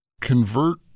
convert